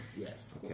Yes